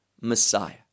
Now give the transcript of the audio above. messiah